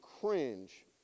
cringe